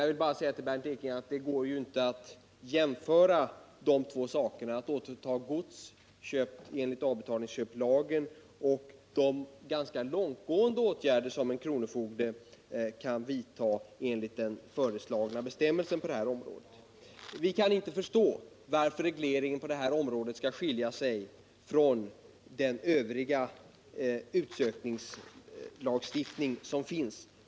Jag vill bara säga till Bernt Ekinge att det inte går att jämföra dessa båda saker — återtagande av gods köpt enligt lagen om avbetalningsköp och de ganska långtgående åtgärder som en kronofogde kan vidta enligt den föreslagna bestämmelsen på detta område. Vi kan inte förstå varför regleringen på detta område skall skilja sig från den övriga utsökningslagstiftning som finns.